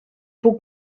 puc